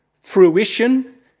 fruition